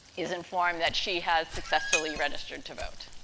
is informed that she has successfully registered to vote,